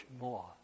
more